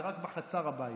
זה רק בחצר הבית.